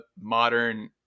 modern